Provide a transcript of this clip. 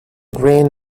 green